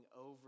over